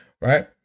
right